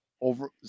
over